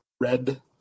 red